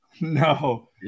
No